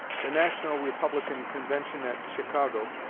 the national republican convention at chicago